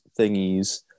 thingies